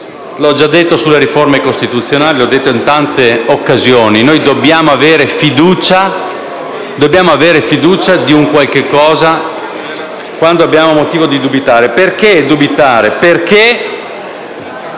L'ho già detto sulle riforme costituzionali, e l'ho ripetuto in tante altre occasioni: noi dovremmo avere fiducia in qualcosa quando abbiamo motivo di dubitare. Perché dubitare? Perché